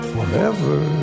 Forever